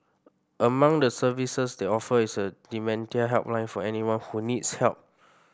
among the services they offer is a dementia helpline for anyone who needs help